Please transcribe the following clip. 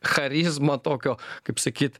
charizmą tokio kaip sakyt